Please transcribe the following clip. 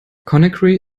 conakry